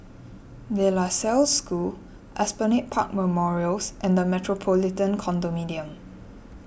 De La Salle School Esplanade Park Memorials and the Metropolitan Condominium